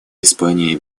испании